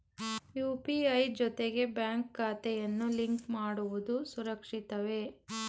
UPI ಜೊತೆಗೆ bank ಖಾತೆಯನ್ನು link ಮಾಡುವುದು ಸುರಕ್ಷಿತವೇ?